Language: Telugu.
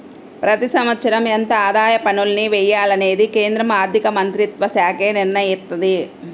ప్రతి సంవత్సరం ఎంత ఆదాయ పన్నుల్ని వెయ్యాలనేది కేంద్ర ఆర్ధికమంత్రిత్వశాఖే నిర్ణయిత్తది